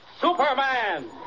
Superman